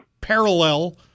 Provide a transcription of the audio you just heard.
parallel